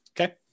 Okay